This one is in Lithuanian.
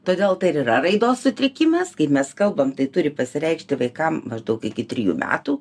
todėl tai ir yra raidos sutrikimas kaip mes kalbam tai turi pasireikšti vaikams maždaug iki trijų metų